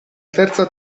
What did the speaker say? terza